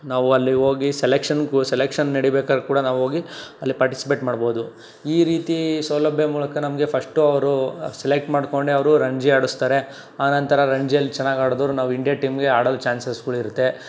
ನಾವು ಅಲ್ಲಿ ಹೋಗಿ ಸೆಲೆಕ್ಷನ್ಗೂ ಸೆಲೆಕ್ಷನ್ ನಡಿಬೇಕಾರೆ ಕೂಡ ನಾವು ಹೋಗಿ ಅಲ್ಲೇ ಪಾರ್ಟಿಸಿಪೇಟ್ ಮಾಡ್ಬೋದು ಈ ರೀತಿ ಸೌಲಭ್ಯ ಮೂಲಕ ನಮಗೆ ಫಸ್ಟು ಅವರು ಸೆಲೆಕ್ಟ್ ಮಾಡಿಕೊಂಡೆ ಅವರು ರಣಜಿ ಆಡಿಸ್ತಾರೆ ಆನಂತರ ರಣಜಿಯಲ್ಲಿ ಚೆನ್ನಾಗಿ ಆಡ್ದೋರ್ನ ಇಂಡಿಯಾ ಟೀಮ್ಗೆ ಆಡಲು ಚಾನ್ಸಸ್ಗಳಿರತ್ತೆ